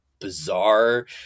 bizarre